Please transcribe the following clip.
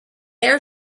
air